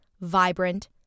vibrant